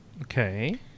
Okay